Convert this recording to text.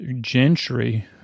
Gentry